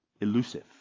elusive